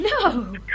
No